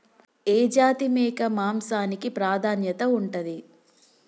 ఏ జాతి మేక మాంసానికి ప్రాధాన్యత ఉంటది?